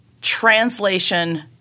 translation